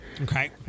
Okay